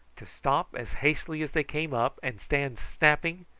to stop as hastily as they came up, and stand snapping,